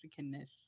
Mexicanness